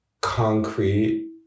concrete